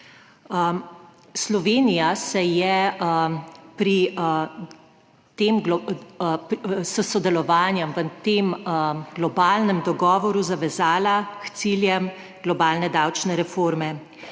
Slovenija se je s sodelovanjem v tem globalnem dogovoru zavezala k ciljem globalne davčne reforme.